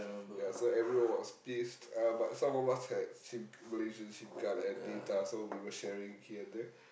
ya so everyone was pissed uh but some of us had sim Malaysian sim card and data so we were sharing here and there